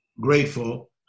grateful